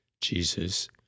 Jesus